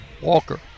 Walker